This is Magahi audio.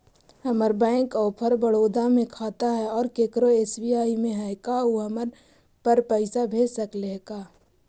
हमर बैंक ऑफ़र बड़ौदा में खाता है और केकरो एस.बी.आई में है का उ हमरा पर पैसा भेज सकले हे?